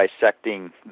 dissecting